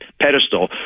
pedestal